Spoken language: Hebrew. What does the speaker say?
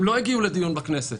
הם לא הגיעו לדיון בכנסת